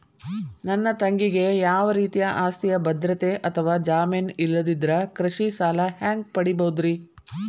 ನನ್ನ ತಂಗಿಗೆ ಯಾವ ರೇತಿಯ ಆಸ್ತಿಯ ಭದ್ರತೆ ಅಥವಾ ಜಾಮೇನ್ ಇಲ್ಲದಿದ್ದರ ಕೃಷಿ ಸಾಲಾ ಹ್ಯಾಂಗ್ ಪಡಿಬಹುದ್ರಿ?